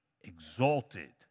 exalted